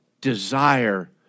Desire